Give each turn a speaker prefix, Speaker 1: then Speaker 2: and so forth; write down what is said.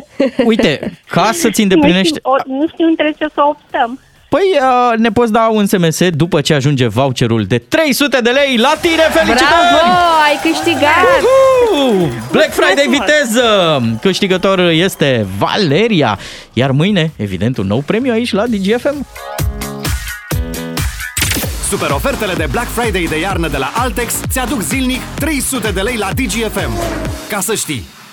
Speaker 1: Uite, ca să-ți
Speaker 2: Nu știu,
Speaker 1: îndeplinești-
Speaker 2: o- nu știu între ce să optăm.
Speaker 1: Păi, uh, ne poți da un SMS după ce ajunge voucherul de 300 de lei la tine. Felicitări!
Speaker 3: Bravo! Ai câștigat!
Speaker 1: Uhuhu! Black Friday
Speaker 3: Mulțumesc mult!
Speaker 1: viteză! Câștigătorul este Valeria. Iar mâine, evident, un nou premiu aici la Digi FM.
Speaker 4: Superofertele de Black Friday de iarnă de la Altex ți aduc zilnic 300 de lei la Digi FM. Ca să știi.